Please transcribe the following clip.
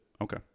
Okay